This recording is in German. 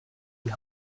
die